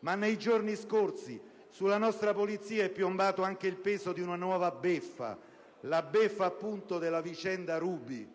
ma nei giorni scorsi sulla nostra Polizia è piombato anche il peso di una nuova beffa, la beffa, appunto, della vicenda Ruby.